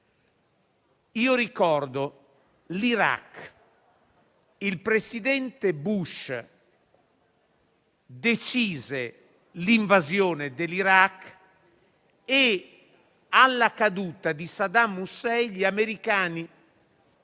in Iraq. Il presidente Bush decise l'invasione dell'Iraq e alla caduta di Saddam Hussein gli americani